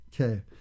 Okay